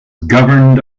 governed